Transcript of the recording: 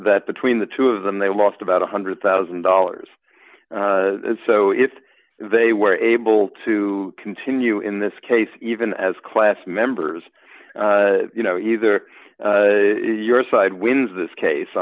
that between the two of them they lost about one hundred thousand dollars so if they were able to continue in this case even as class members you know either your side wins this case